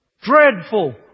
Dreadful